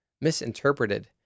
Misinterpreted